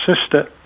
sister